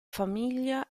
famiglia